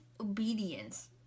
obedience